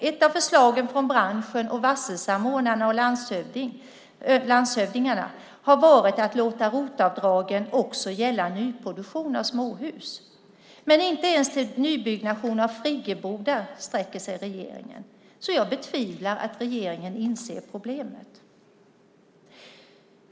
Ett av förslagen från branschen, varselsamordnarna och landshövdingarna har varit att låta ROT-avdragen också gälla nyproduktion av småhus. Men inte ens till att gälla nybyggnation av friggebodar sträcker sig regeringens förslag. Jag betvivlar att regeringen inser problemet.